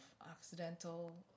Occidental